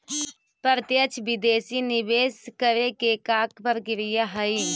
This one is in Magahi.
प्रत्यक्ष विदेशी निवेश करे के का प्रक्रिया हइ?